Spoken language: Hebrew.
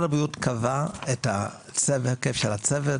הבריאות קבע את ההרכב של הצוות,